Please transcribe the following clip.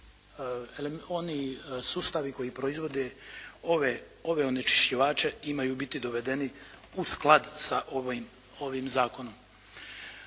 oni sustavi koji proizvode ove onečišćivače imaju biti dovedeni u sklad sa ovim zakonom.